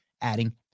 adding